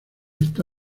esta